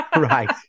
Right